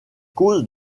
causes